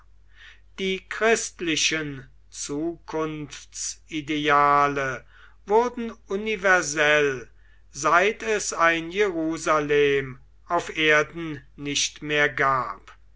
die christlichen zukunftsideale wurden universell seit es ein jerusalem auf erden nicht mehr gab